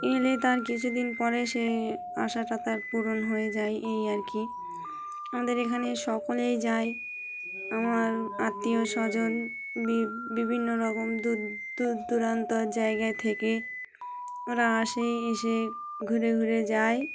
এলে তার কিছুদিন পরে সে আশাটা তার পূরণ হয়ে যায় এই আর কি আমাদের এখানে সকলেই যাই আমার আত্মীয় স্বজন বি বিভিন্ন রকম দূর দূর দূরান্তর জায়গায় থেকে ওরা আসেই এসে ঘুরে ঘুরে যায়